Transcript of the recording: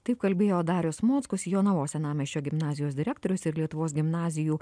taip kalbėjo darius mockus jonavos senamiesčio gimnazijos direktorius ir lietuvos gimnazijų